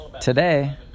Today